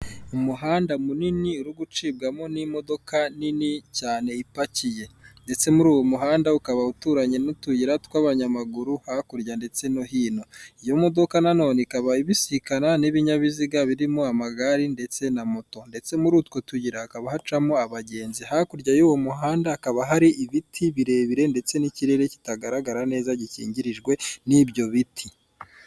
Umuhanda munini uri gucibwamo n'imodoka nini cyane ipakiye ndetse muri uwo muhanda ukaba uturanye n'utuyira tw'abanyamaguru hakurya ndetse no hino, iyo modoka na none ikaba ibisikana n'ibinyabiziga birimo amagare ndetse na moto, ndetse muri utwo tuyira hakaba hacamo abagenzi hakurya y'uwo muhanda hakaba hari ibiti birebire ndetse n'ikirere kitagaragara neza gikingirijwe n'ibyo biti.